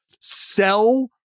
sell